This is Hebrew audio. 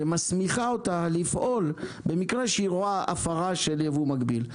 שמסמיכה אותה לפעול במקרה שהיא רואה הפרה של ייבוא מקביל.